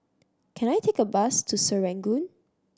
can I take a bus to Serangoon